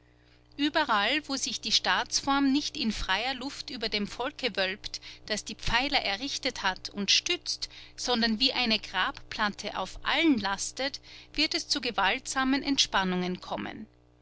überall wo sich die staatsform nicht in freier luft über dem volke wölbt das die pfeiler errichtet hat und stützt sondern wie eine grabplatte auf allen lastet wird es zu gewaltsamen entspannungen kommen